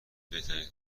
بهترین